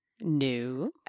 no